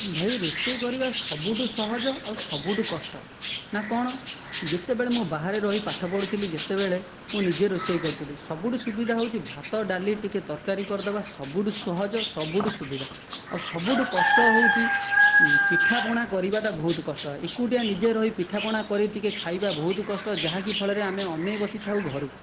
ଭାଇ ରୋଷେଇ କରିବା ସବୁଠୁ ସହଜ ଆଉ ସବୁଠୁ କଷ୍ଟ ନା କଣ ଯେତେବେଳେ ମୁଁ ବାହାରେ ରହି ପାଠ ପଢ଼ୁଥିଲି ଯେତେବେଳେ ମୁଁ ନିଜେ ରୋଷେଇ କରୁଥିଲି ସବୁଠୁ ସୁବିଧା ହେଉଛି ଭାତ ଡାଲି ଟିକେ ତରକାରୀ କରିଦେବା ସବୁଠୁ ସହଜ ସବୁଠୁ ସୁବିଧା ଆଉ ସବୁଠୁ କଷ୍ଟ ହେଉଛି ପିଠା ପଣା କରିବାଟା ବହୁତ କଷ୍ଟ ଏକୁଟିଆ ନିଜେ ରହି ପିଠାପଣା କରି ଟିକେ ଖାଇବା ବହୁତ କଷ୍ଟ ଯାହାକି ଫଳରେ ଆମେ ଅନେଇ ବସିଥାଉ ଘରକୁ